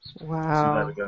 Wow